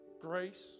grace